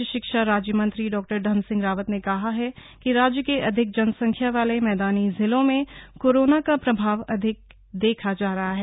उच्च शिक्षा राज्य मंत्री डॉ धन सिंह रावत ने कहा कि राज्य के अधिक जनसंख्या वाले मैदानी जिलों में कोरोना का प्रभाव अधिक देखा जा रहा है